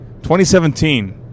2017